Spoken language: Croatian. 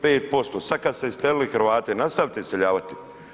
5%, sad kad ste iselili Hrvate, nastavite iseljavati.